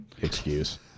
excuse